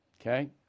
Okay